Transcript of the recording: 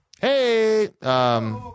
Hey